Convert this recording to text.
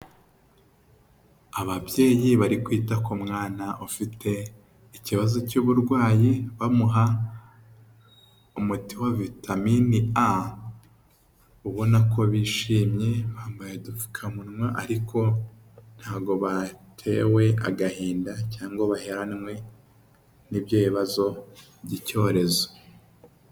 Ababyeyi bari kwita ku mwana ufite ikibazo cy'uburwayi bamuha umuti wa vitaminini a. Ubona ko bishimye bambaye udupfukamunwa ariko ntago batewe agahinda cyangwa baheranwe n'ibyo bibazo by'icyorezo.